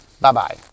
Bye-bye